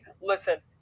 Listen